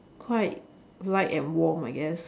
quite light and warm I guess